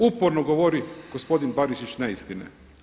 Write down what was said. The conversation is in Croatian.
Uporno govori gospodin Barišić neistine.